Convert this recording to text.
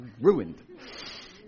ruined